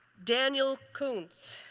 daniel cooms.